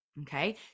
Okay